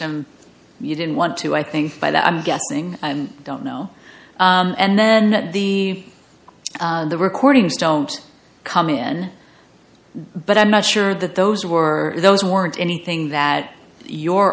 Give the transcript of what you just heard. and you didn't want to i think by that i'm guessing and don't now and then that the the recordings don't come in but i'm not sure that those were those weren't anything that your